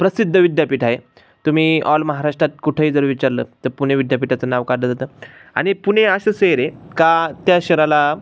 प्रसिद्ध विद्यापीठ आहे तुम्ही ऑल महाराष्ट्रात कुठेही जर विचारलं तर पुणे विद्यापीठाचं नाव काढलं जातं आणि पुणे अ असं शहर आहे का त्या शहराला